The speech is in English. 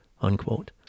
unquote